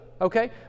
okay